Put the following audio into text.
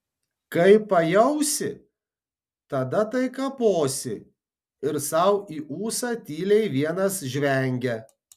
kai pajausi tada tai kaposi ir sau į ūsą tyliai vienas žvengia